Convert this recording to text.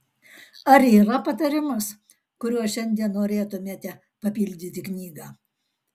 ar yra patarimas kuriuo šiandien norėtumėte papildyti knygą